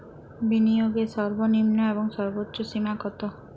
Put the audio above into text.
বিনিয়োগের সর্বনিম্ন এবং সর্বোচ্চ সীমা কত?